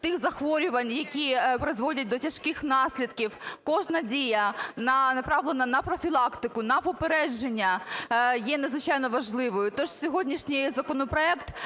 тих захворювань, які призводять до тяжких наслідків, кожна дія, направлена на профілактику, на попередження, є надзвичайно важливою. Тож сьогоднішній законопроект